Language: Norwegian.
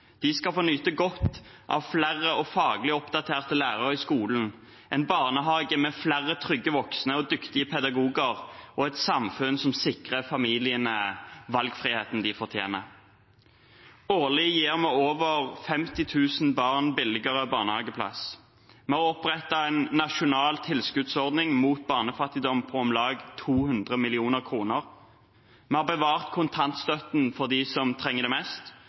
De skal få nyte godt av flere og faglig oppdaterte lærere i skolen, en barnehage med flere trygge voksne og dyktige pedagoger og et samfunn som sikrer familiene valgfriheten de fortjener. Årlig gir vi over 50 000 barn billigere barnehageplass. Vi har opprettet en nasjonal tilskuddsordning mot barnefattigdom på om lag 200 mill. kr, vi har bevart kontantstøtten for dem som trenger det mest,